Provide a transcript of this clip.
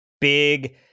Big